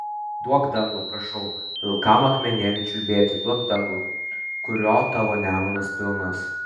duok dangų prašau pilkam akmenėliui čiulbėti duok dangų kurio tavo nemunas pilnas